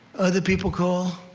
other people call,